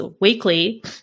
weekly